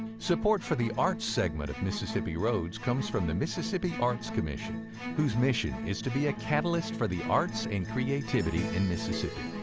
support for the arts segment of mississippi roads comes from the mississippi arts commission whose mission is to be a catalyst for the arts and creativity in mississippi.